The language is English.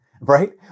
right